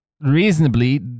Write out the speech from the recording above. reasonably